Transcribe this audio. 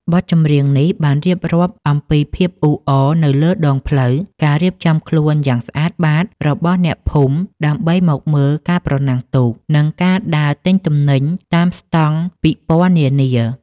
បទចម្រៀងនេះបានរៀបរាប់អំពីភាពអ៊ូអរនៅលើដងផ្លូវ ការរៀបចំខ្លួនយ៉ាងស្អាតបាតរបស់អ្នកភូមិដើម្បីមកមើលការប្រណាំងទូក និងការដើរទិញទំនិញតាមស្តង់ពិព័រណ៍នានា។